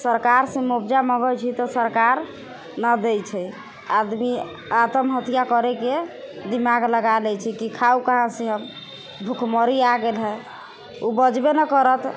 सरकारसँ मुआवजा मँगै छी तऽ सरकार नहि दै छै आदमी आतमहत्या करैके दिमाग लगा लै छै कि खाउ कहाँसँ हम भुखमरी आ गेल हइ उपजबे नहि करत